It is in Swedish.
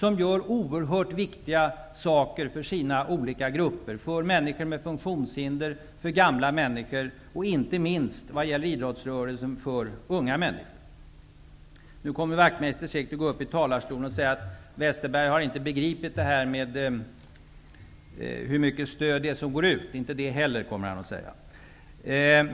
De gör oerhört viktiga saker för sina olika grupper -- för människor med funktionshinder, för gamla människor och inte minst, vad gäller idrottsrörelsen, för unga människor. Nu kommer Wachtmeister säkert att gå upp i talarstolen och säga att Westerberg inte har begripit hur mycket stöd som går ut.